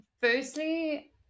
firstly